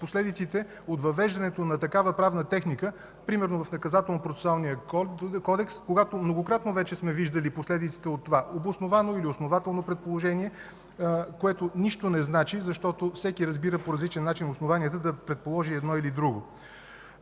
последиците от въвеждането на такава правна техника, примерно в Наказателнопроцесуалния кодекс, когато многократно вече сме виждали последиците от това – обосновано или основателно предположение, което нищо не значи, защото всеки разбира по различен начин основанията да предположи едно или друго.